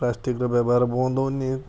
ପ୍ଲାଷ୍ଟିକର ବ୍ୟବହାର ବନ୍ଦ ହେଉନି